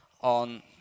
on